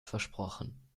versprochen